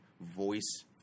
voice